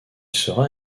sera